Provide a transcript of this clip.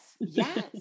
yes